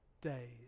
days